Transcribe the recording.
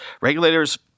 Regulators